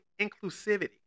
inclusivity